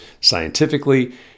scientifically